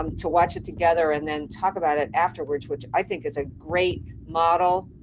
um to watch it together and then talk about it afterwards, which i think is a great model.